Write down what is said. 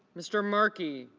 mr. markey